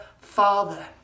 father